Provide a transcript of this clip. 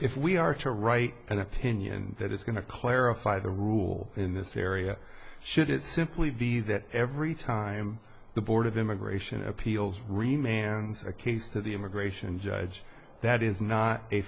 if we are to write an opinion that is going to clarify the rule in this area should it simply be that every time the board of immigration appeals remain and a case to the immigration judge that is not a